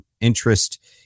interest